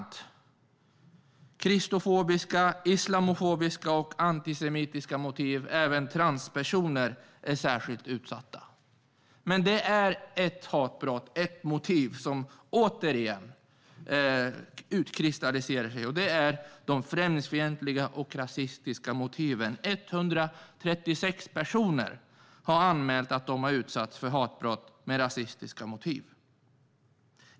Det finns kristofobiska, islamofobiska och antisemitiska motiv, och även transpersoner är särskilt utsatta. Det är en typ av hatbrott, en typ av motiv, som återigen utkristalliserar sig, nämligen det främlingsfientliga och rasistiska motivet. 136 000 personer har anmält att de har utsatts för hatbrott med rasistiska motiv.